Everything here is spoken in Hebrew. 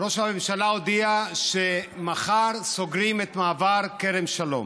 ראש הממשלה הודיע שמחר סוגרים את מעבר כרם שלום,